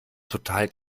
total